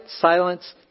silence